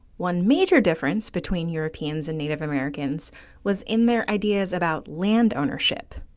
one major difference between europeans and native americans was in their ideas about land ownership.